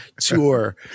tour